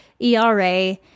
ERA